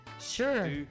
Sure